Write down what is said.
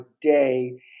day